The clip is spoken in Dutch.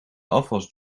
afwas